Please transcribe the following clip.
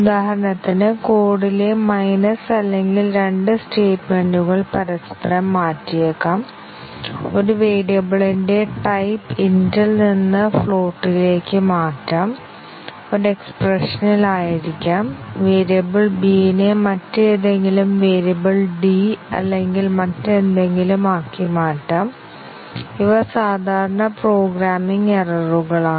ഉദാഹരണത്തിന് കോഡിലെ മൈനസ് അല്ലെങ്കിൽ 2 സ്റ്റേറ്റ്മെന്റുകൾ പരസ്പരം മാറ്റിയേക്കാം ഒരു വേരിയബിളിന്റെ ടൈപ്പ് int ൽ നിന്ന് ഫ്ലോട്ടിലേക്ക് മാറ്റാം ഒരു എക്സ്പ്രഷനിൽ ആയിരിക്കാം വേരിയബിൾ b നെ മറ്റേതെങ്കിലും വേരിയബിൾ d അല്ലെങ്കിൽ മറ്റെന്തെങ്കിലും ആക്കി മാറ്റാം ഇവ സാധാരണ പ്രോഗ്രാമിംഗ് എററുകളാണ്